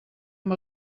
amb